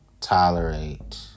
tolerate